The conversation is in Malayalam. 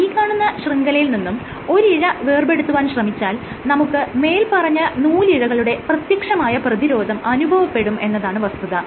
ഈ കാണുന്ന ശൃംഖലയിൽ നിന്നും ഒരിഴ വേർപെടുത്തുവാൻ ശ്രമിച്ചാൽ നമുക്ക് മേല്പറഞ്ഞ നൂലിഴകളുടെ പ്രത്യക്ഷമായ പ്രതിരോധം അനുഭവപ്പെടും എന്നതാണ് വസ്തുത